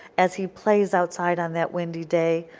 as he plays outside on that windy day,